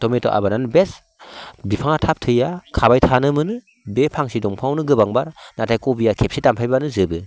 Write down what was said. tomato आबादानो best बिफाङा थाब थैया खाबाय थानो मोनो बे फांसे दंफाङावनो गोबांबार नाथाय कबिआ खेबसे दानफायबानो जोबो